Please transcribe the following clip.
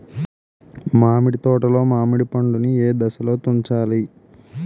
మామిడి తోటలో మామిడి పండు నీ ఏదశలో తుంచాలి?